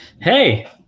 hey